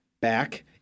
back